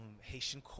haitian